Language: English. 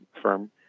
firm